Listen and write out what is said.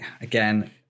Again